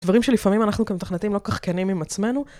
דברים שלפעמים אנחנו כמתכנתים לא כך כנים עם עצמנו